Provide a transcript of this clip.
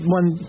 one